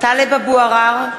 טלב אבו עראר,